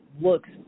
looks